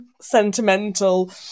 sentimental